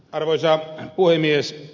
arvoisa puhemies